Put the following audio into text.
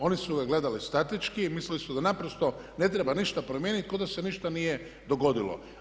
Oni su ga gledali statički i mislili su da naprosto ne treba ništa promijeniti kao da se ništa nije dogodilo.